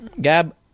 gab